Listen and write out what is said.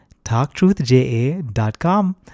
talktruthja.com